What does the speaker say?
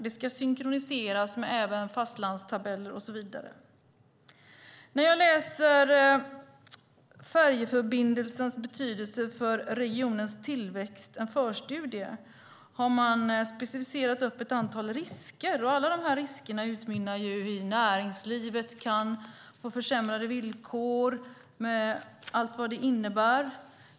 Det ska synkroniseras med fastlandstabeller och så vidare. I förstudien Färjeförbindelsens betydelse för regionens tillväxt har man specificerat ett antal risker. Alla dessa risker utmynnar i hur näringslivet kan få försämrade villkor med allt vad det innebär.